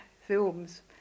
films